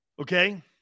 Okay